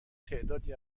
تعدادی